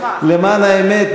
למען האמת,